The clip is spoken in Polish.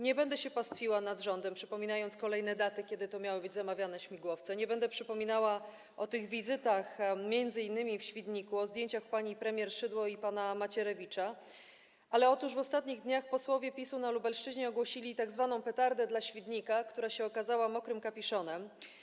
Nie będę się pastwiła nad rządem, przypominając kolejne daty, kiedy to miały być zamawiane śmigłowce; nie będę przypominała o tych wizytach, m.in. w Świdniku, o zdjęciach pani premier Szydło i pana Macierewicza, ale w ostatnich dniach posłowie PiS-u na Lubelszczyźnie ogłosili tzw. petardę dla Świdnika, która okazała się mokrym kapiszonem.